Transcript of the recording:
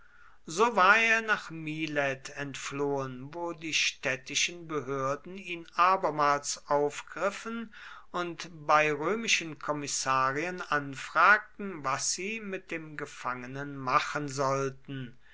so war er nach milet entflohen wo die städtischen behörden ihn abermals aufgriffen und bei römischen kommissarien anfragten was sie mit dem gefangenen machen sollten